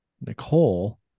Nicole